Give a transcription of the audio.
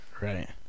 Right